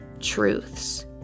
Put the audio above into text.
truths